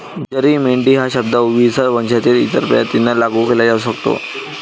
जरी मेंढी हा शब्द ओविसा वंशातील इतर प्रजातींना लागू केला जाऊ शकतो